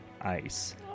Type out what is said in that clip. ice